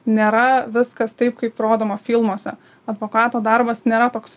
nėra viskas taip kaip rodoma filmuose advokato darbas nėra toks